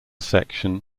section